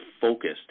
focused